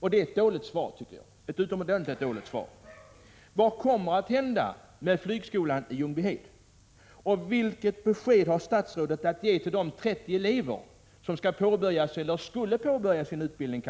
Jag tycker att detta är ett utomordentligt dåligt svar. Vad kommer att hända med flygskolan i Ljungbyhed? Vilket besked har statsrådet att ge till de 30 elever som skall — eller kanske jag skall säga skulle — påbörja sin utbildning